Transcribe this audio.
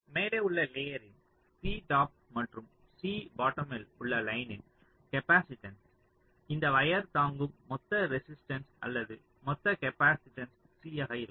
மேலே உள்ள லேயரின் C டாப் மற்றும் C பாட்டோமில் உள்ள லைனின் கேப்பாசிட்டன்ஸ் இந்த வயர் தாங்கும் மொத்த ரெசிஸ்டன்ஸ் அல்லது மொத்த கேப்பாசிட்டன்ஸ் C ஆக இருக்கும்